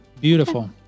Beautiful